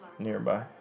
Nearby